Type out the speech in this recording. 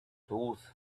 those